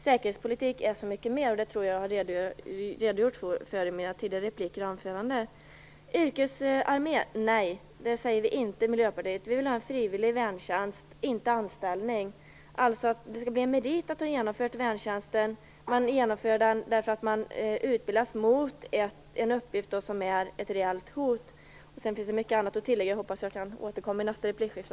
Säkerhetspolitik är så mycket mer, och det tror jag att jag har redogjort för i mina tidigare repliker och anföranden. Vi i Miljöpartiet säger nej till en yrkesarmé. Vi vill ha en frivillig värntjänst och inte anställd personal. Det skall bli en merit att ha genomfört värntjänsten. Man genomför den därför att man utbildas mot ett reellt hot. Sedan finns det mycket annat att tillägga. Jag hoppas att jag kan återkomma i nästa replikskifte.